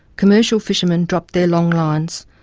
commercial fishermen drop their long lines,